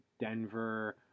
Denver